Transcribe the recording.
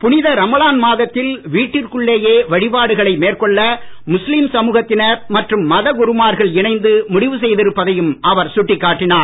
புனித ரமலான் மாதத்தில் வீட்டிற்குள்ளேயே வழிபாடுகளை மேற்கொள்ள முஸ்லீம் சமுகத்தினர் மற்றும் மத குரு மார்கள் இணைந்து முடிவு செய்திருப்பதையும் அவர் சுட்டிக்காட்டினார்